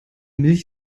milch